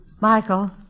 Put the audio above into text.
Michael